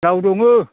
लाव दङो